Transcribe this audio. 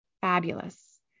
Fabulous